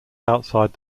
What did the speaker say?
outside